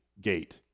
gate